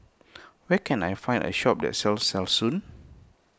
where can I find a shop that sells Selsun